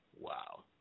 Wow